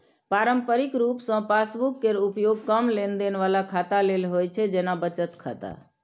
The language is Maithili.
पारंपरिक रूप सं पासबुक केर उपयोग कम लेनदेन बला खाता लेल होइ छै, जेना बचत खाता